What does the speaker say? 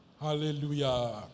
Hallelujah